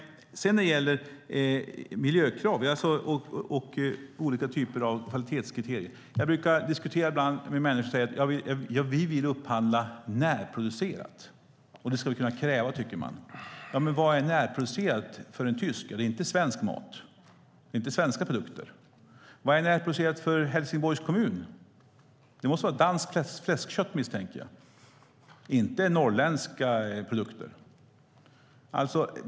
När det gäller miljökrav och olika typer av kvalitetskriterier: Jag diskuterar ibland med människor som säger att de vill upphandla närproducerat och tycker att de ska kunna kräva det. Men vad är "närproducerat" för en tysk? Det är inte svensk mat, svenska produkter. Vad är "närproducerat" för Helsingborgs kommun? Det måste vara danskt fläskkött, misstänker jag - inte norrländska produkter.